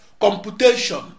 computation